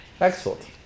excellent